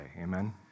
Amen